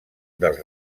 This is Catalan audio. dels